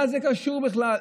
מה זה קשור בכלל?